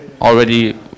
Already